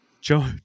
joe